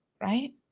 Right